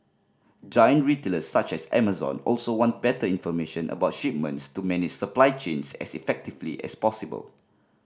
giant retailers such as Amazon also want better information about shipments to many supply chains as effectively as possible